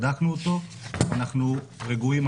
בדקנו אותו ואנחנו רגועים,